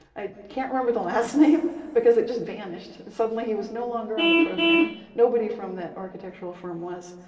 i can't remember the last name, because it just vanished suddenly he was no longer on the program nobody from that architectural firm was.